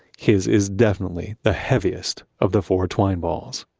his is definitely the heaviest of the four twine balls